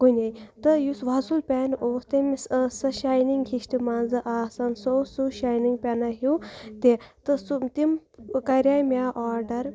کُنے تہٕ یُس وۄزُل پٮ۪ن اوس تٔمِس ٲس سۄ شاینِنٛگ ہِش تہِ منٛزٕ آسان سُہ اوس سُہ شاینِنٛگ پٮ۪نا ہیوٗ تہِ تہٕ سُہ تِم کَریٚیہِ مےٚ آڈَر